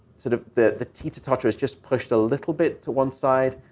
sort of the the teeter-totter has just pushed a little bit to one side,